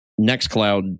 Nextcloud